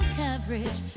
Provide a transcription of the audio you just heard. coverage